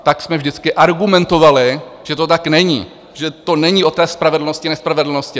Tak jsme vždycky argumentovali, že to tak není, že to není o té spravedlnosti, nespravedlnosti.